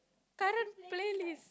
current playlist